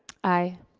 aye.